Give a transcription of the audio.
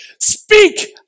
Speak